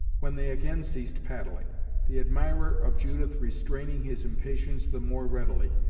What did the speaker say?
when they again ceased paddling the admirer of judith restraining his impatience the more readily,